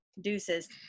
deuces